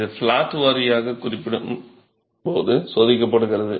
இது ஃப்ளாட் வாரியாக சோதிக்கப்படுகிறது